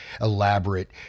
elaborate